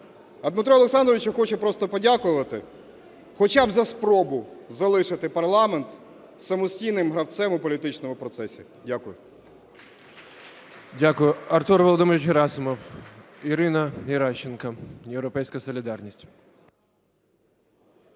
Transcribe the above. Дмитру Олександровичу хочу просто подякувати, хоча б за спробу залишити парламент самостійним гравцем у політичному процесі. Дякую.